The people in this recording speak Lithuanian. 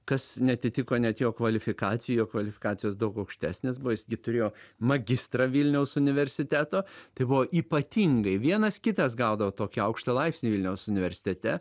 kas neatitiko net jo kvalifikaciją jo kvalifikacijos daug aukštesnės buvo jis gi turėjo magistrą vilniaus universiteto tai buvo ypatingai vienas kitas gaudavo tokį aukštą laipsnį vilniaus universitete